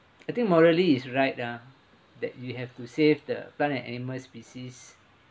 I think morally is right ah that you have to save the plant and animal species